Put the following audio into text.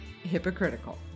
hypocritical